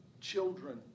children